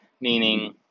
meaning